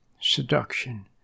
seduction